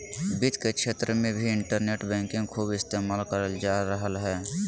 वित्त के क्षेत्र मे भी इन्टरनेट बैंकिंग खूब इस्तेमाल करल जा रहलय हें